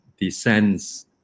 descends